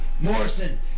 Morrison